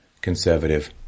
conservative